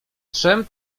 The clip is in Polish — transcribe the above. trzem